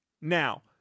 Now